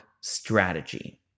strategy